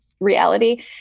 reality